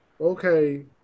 Okay